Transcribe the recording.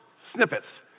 snippets